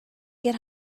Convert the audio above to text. get